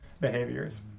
behaviors